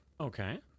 Okay